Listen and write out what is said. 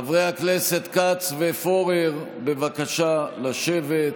חברת הכנסת דיסטל אטבריאן, נא לשבת.